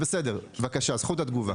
בבקשה, זכות התגובה.